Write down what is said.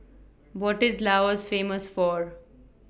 What IS Laos Famous For